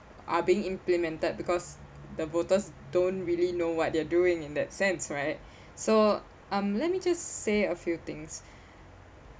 are being implemented because the voters don't really know what they're doing in that sense right so um let me just say a few things